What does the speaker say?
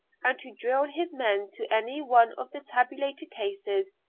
and to drill his men to any one of the tabulated cases,